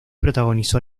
protagonizó